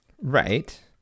right